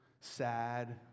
sad